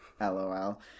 lol